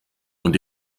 und